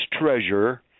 treasure